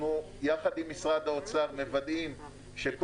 אנחנו יחד עם משרד האוצר מוודאים שהם